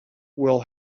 will